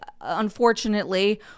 unfortunately